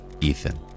Ethan